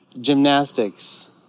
gymnastics